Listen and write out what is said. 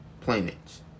planets